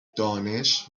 دانش